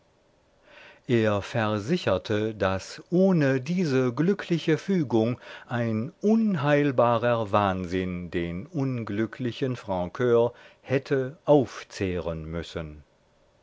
er versicherte daß ohne diese glückliche fügung ein unheilbarer wahnsinn den unglücklichen francur hätte aufzehren müssen